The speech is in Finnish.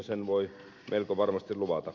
sen voi melko varmasti luvata